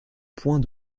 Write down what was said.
points